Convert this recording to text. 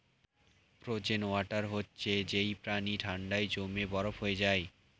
frozen water হচ্ছে যেই পানি ঠান্ডায় জমে বরফ হয়ে যায়